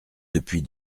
depuis